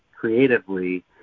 creatively